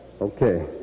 Okay